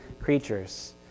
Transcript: creatures